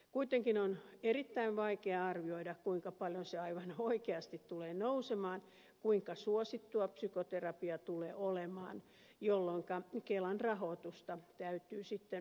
kuitenkin on erittäin vaikeaa arvioida kuinka paljon se aivan oikeasti tulee nousemaan kuinka suosittua psykoterapia tulee olemaan jolloinka kelan rahoitusta täytyy sitten uudelleen tarkastella